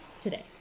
today